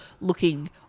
looking